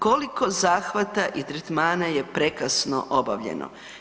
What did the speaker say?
Koliko zahvata i tretmana je prekasno obavljeno.